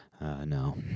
No